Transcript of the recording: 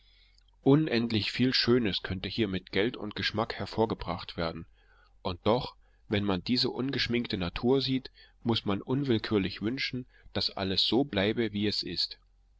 unendlich viel schönes könnte hier mit geld und geschmack hervorgebracht werden und doch wenn man diese ungeschminkte natur sieht muß man unwillkürlich wünschen daß alles so bleibe wie es ist